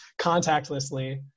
contactlessly